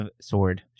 sword